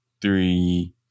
three